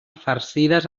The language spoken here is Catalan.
farcides